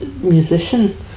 musician